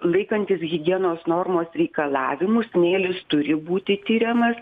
laikantis higienos normos reikalavimų smėlis turi būti tiriamas